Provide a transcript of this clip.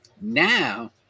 Now